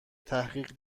تحقیق